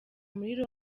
muri